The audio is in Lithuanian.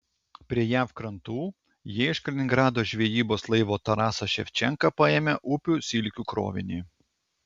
prie jav krantų jie iš kaliningrado žvejybos laivo tarasas ševčenka paėmė upių silkių krovinį